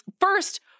First